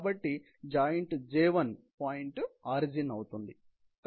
కాబట్టి joint J1 point origin అవుతుంది